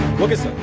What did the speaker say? what is